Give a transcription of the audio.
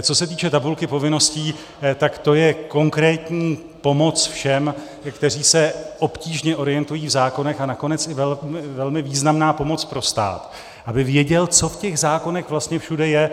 Co se týče tabulky povinností, tak to je konkrétní pomoc všem, kteří se obtížně orientují v zákonech, a nakonec i velmi významná pomoc pro stát, aby věděl, co v těch zákonech vlastně všude je.